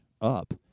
up